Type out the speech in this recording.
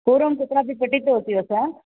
पूर्वं कुत्रापि पठितवती वसा